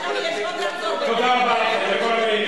תודה רבה לכם.